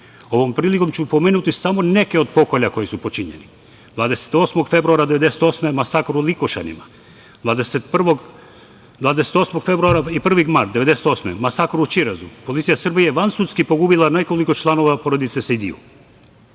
njih. Ovom prilikom ću pomenuti samo neke od pokolja koji su počinjeni: 28. februara 1998. godine – masakr u Likošanima; 28. februara i 1. mart 1998. godine – masakr u Ćirezu, policija Srbije je vansudski pogubila nekoliko članova porodice Sejdiju;